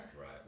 Right